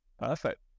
Perfect